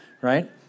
right